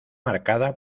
marcada